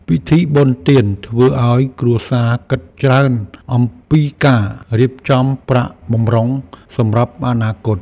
ពិធីបុណ្យទានធ្វើឱ្យគ្រួសារគិតច្រើនអំពីការរៀបចំប្រាក់បម្រុងសម្រាប់អនាគត។